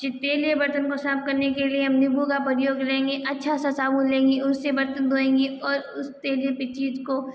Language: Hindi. जो तैलीय बर्तन की साफ़ करने के लिए नींबू का प्रयोग करेंगे अच्छा सा साबुन लेंगे और उससे बर्तन धोयेंगे और उस तेलिया चीज़ को